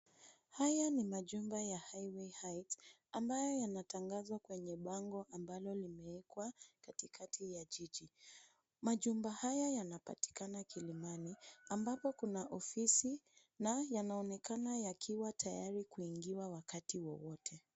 Haya ni majumba ya Highway Heights ambayo yanatangazwa kwenye bango ambalo limeekwa katikati ya jiji. Majumba haya yanapatikana kilimani ambapo kuna ofisi na yanaonekana yakiwa tayari kuingiwa wakati wowote.